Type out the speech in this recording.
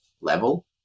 level